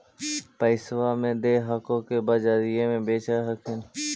पैक्सबा मे दे हको की बजरिये मे बेच दे हखिन?